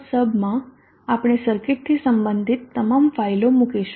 sub માં આપણે સર્કિટથી સંબંધિત તમામ મોડેલો મૂકીશું